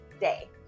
day